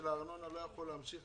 גביית הארנונה מעסקים לא יכולה להמשיך,